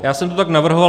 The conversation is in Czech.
Já jsem to tak navrhoval.